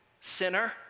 sinner